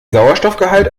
sauerstoffgehalt